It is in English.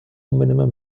minimum